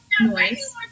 noise